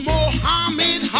Mohammed